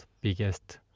biggest